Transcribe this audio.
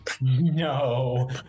No